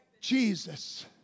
Jesus